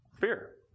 Fear